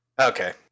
Okay